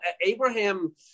Abraham